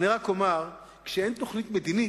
אני רק אומר שכשאין תוכנית מדינית,